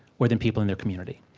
more than people in their community.